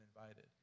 invited